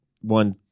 one